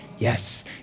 Yes